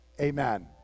Amen